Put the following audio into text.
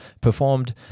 performed